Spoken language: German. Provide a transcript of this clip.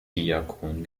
diakon